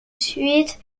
suite